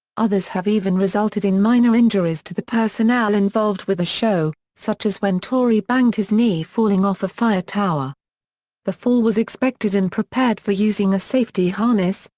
others have even resulted in minor injuries to the personnel involved with the show, such as when tory banged his knee falling off a fire tower the fall was expected and prepared for using a safety harness,